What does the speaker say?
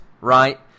right